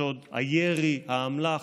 השוד, הירי, האמל"ח,